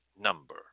number